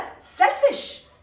selfish